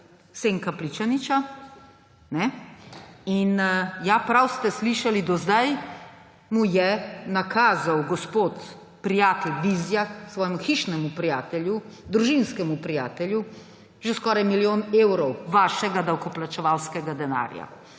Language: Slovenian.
Senka Pličaniča. In ja, prav ste slišali, do zdaj mu je nakazal gospod prijatelj Vizjak, svojemu hišnemu prijatelju, družinskemu prijatelju, že skoraj milijon evrov vašega davkoplačevalskega denarja.